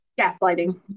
gaslighting